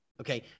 Okay